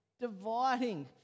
Dividing